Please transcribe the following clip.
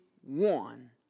one